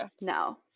No